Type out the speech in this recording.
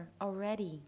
already